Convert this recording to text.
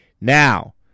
Now